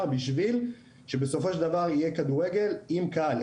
בשביל שבסופו של דבר יהיה כדורגל עם קהל.